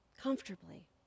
comfortably